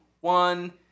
one